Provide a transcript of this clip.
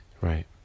Right